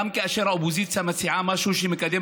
גם כאשר האופוזיציה מציעה משהו שמקדם